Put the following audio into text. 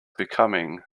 becoming